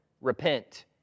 Repent